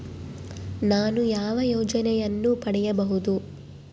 ನಾನು ಯಾವ ಯೋಜನೆಯನ್ನು ಪಡೆಯಬಹುದು?